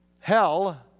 Hell